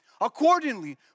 Accordingly